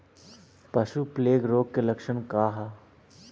पशु प्लेग रोग के लक्षण का ह?